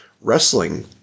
wrestling